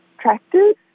Tractors